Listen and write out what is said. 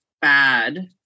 bad